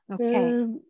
Okay